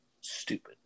stupid